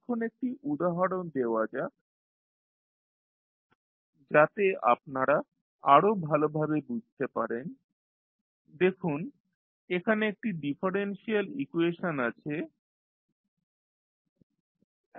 এখন একটি উদাহরণ দেওয়া যাক যাতে আপনারা আরো ভালোভাবে বুঝতে পারেন দেখুন এখানে একটি ডিফারেন্সিয়াল ইকুয়েশন আছে d2ydt23dytdt2ytrt